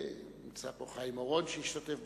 נמצא פה חיים אורון, שהשתתף בדיונים,